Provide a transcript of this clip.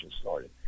started